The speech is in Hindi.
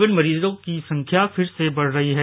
कोविड मरीजों की संख्या फिर से बढ़ रही है